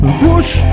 push